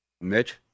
mitch